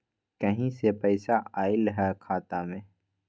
कहीं से पैसा आएल हैं खाता में?